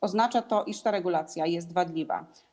Oznacza to, iż ta regulacja jest wadliwa.